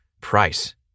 Price